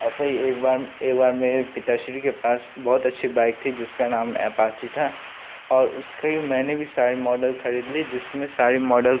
ऐसा ही एक बार एक बार मेरे पिता श्री के पास बहुत अच्छी बाइक थी जिसका नाम एपाची था और उसकी मैंने भी सारे माॅडल ख़रीद ली जिसमें सारे मॉडल